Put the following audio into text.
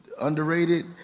underrated